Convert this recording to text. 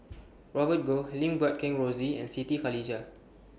Robert Goh Lim Guat Kheng Rosie and Siti Khalijah